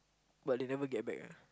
but they never get back ah